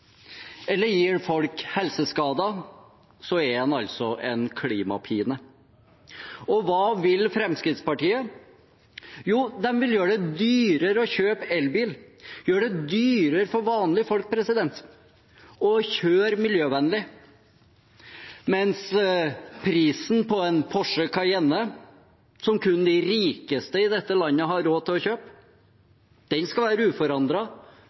eller diesel, eller gir folk helseskader, er den en klimapine. Hva vil Fremskrittspartiet? Jo, de vil gjøre det dyrere å kjøpe elbil, gjøre det dyrere for vanlige folk å kjøre miljøvennlig. Mens prisen på en Porsche Cayenne, som kun de rikeste i dette landet har råd til å kjøpe, skal være